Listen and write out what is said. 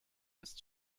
ist